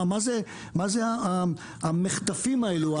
מה זה המחטפים האלו,